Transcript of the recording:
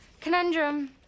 Conundrum